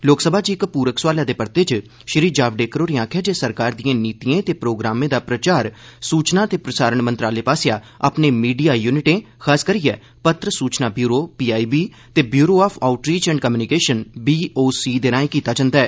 लोकसभा च इक पूरक सोआलै दे परते च श्री जावडेकर होरे आखेआ जे सरकार दिएं नीतिएं ते प्रोग्रामें दा प्रचार सूचना ते प्रसारण मंत्रालय पास्सेआ अपने मीडिया युनिटें खासकरियै पत्र सूचना ब्यूरो पीआईबी जे bureau of outreach and communication B O C दे राएं कीता जंदा ऐ